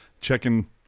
checking